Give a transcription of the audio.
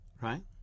right